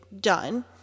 done